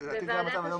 שלכם?